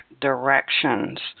directions